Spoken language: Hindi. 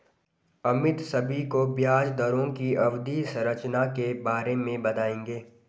अमित सभी को ब्याज दरों की अवधि संरचना के बारे में बताएंगे